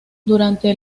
durante